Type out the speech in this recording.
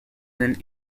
den